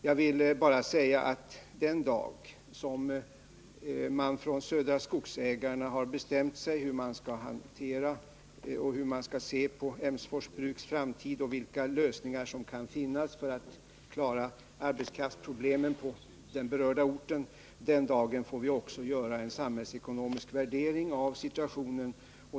Jag vill bara säga att den dag som Södra Skogsägarna har bestämt sig för hur man skall se på Emsfors bruks framtid och det står klart vilka lösningar som kan finnas på arbetsmarknadsproblemen på den berörda orten får vi också göra en samhällsekonomisk värdering av situationen.